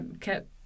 kept